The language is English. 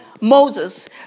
Moses